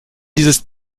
dieses